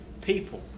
people